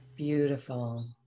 Beautiful